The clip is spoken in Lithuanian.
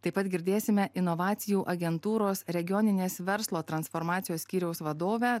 taip pat girdėsime inovacijų agentūros regioninės verslo transformacijos skyriaus vadovę